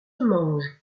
mange